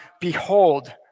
Behold